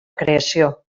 creació